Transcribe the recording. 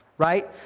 right